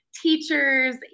teachers